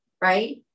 right